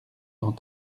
dans